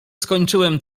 skończyłem